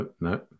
No